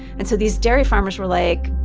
and so these dairy farmers were like,